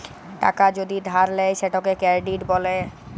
টাকা যদি ধার লেয় সেটকে কেরডিট ব্যলে